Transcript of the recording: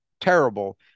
terrible